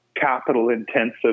capital-intensive